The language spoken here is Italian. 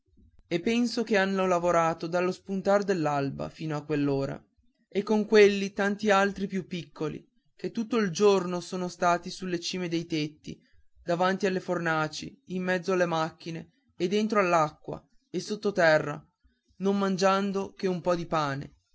e penso che hanno lavorato dallo spuntar dell'alba fino a quell'ora e con quelli tanti altri anche più piccoli che tutto il giorno son stati sulle cime dei tetti davanti alle fornaci in mezzo alle macchine e dentro all'acqua e sotto terra non mangiando che un po di pane